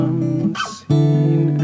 Unseen